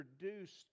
produced